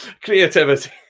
Creativity